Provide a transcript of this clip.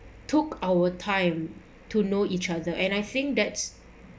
took our time to know each other and I think that's